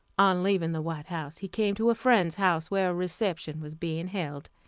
on leaving the white house he came to a friend's house where a reception was being held,